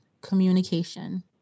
communication